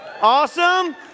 Awesome